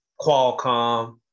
Qualcomm